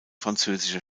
französische